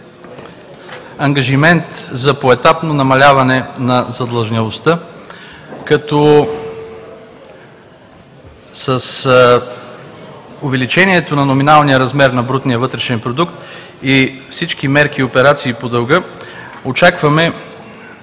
ангажимент за поетапно намаляване на задлъжнялостта, като с увеличението на номиналния размер на брутния вътрешен продукт и всички мерки и операции по дълга очакваме